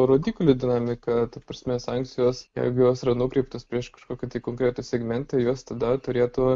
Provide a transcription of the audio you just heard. rodiklių dinamika ta prasme sankcijos jeigu jos yra nukreiptos prieš kažkokį konkretų segmentą jos tada turėtų